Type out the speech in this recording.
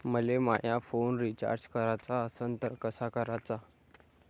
मले माया phone recharge कराचा असन तर कसा कराचा?